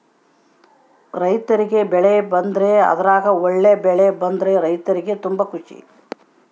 ರೈರ್ತಿಗೆ ಬೆಳೆ ಬಂದ್ರೆ ಅದ್ರಗ ಒಳ್ಳೆ ಬೆಳೆ ಬಂದ್ರ ರೈರ್ತಿಗೆ ತುಂಬಾ ಖುಷಿ